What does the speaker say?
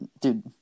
Dude